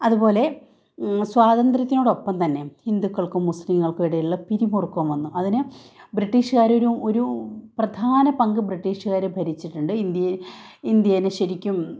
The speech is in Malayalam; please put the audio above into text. അതുപോലെ സ്വാതന്ത്യത്തോട് ഒപ്പം തന്നെ ഹുന്ദുക്കള്ക്കും മുസ്ലീങ്ങള്ക്കും ഇടയിലുള്ള പിരിമുറുക്കോം വന്നു അതിന് ബ്രിട്ടീഷ്കാർ ഒരു ഒരു പ്രധാന പങ്ക് ബ്രിട്ടീഷ്കാർ ഭരിച്ചിട്ടുണ്ട് ഇന്ത്യയില് ഇന്ത്യയിൽ ശരിക്കും